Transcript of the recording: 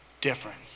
different